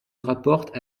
rapportent